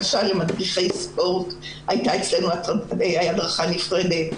למדריכי ספורט, למשל, הייתה אצלנו הדרכה נפרדת.